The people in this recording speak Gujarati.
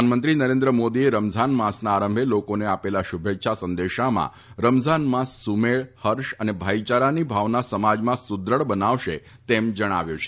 પ્રધાનમંત્રી નરેન્દ્ર મોદીએ રમઝાન માસના આરંભે લોકોને આપેલા શુભેચ્છા સંદેશામાં રમઝાન માસ સુમેળ હર્ષ તથા ભાઈચારાની ભાવના સમાજમાં સુદ્રઢ બનાવશે તેમ જણાવ્યું છે